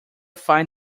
find